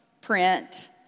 print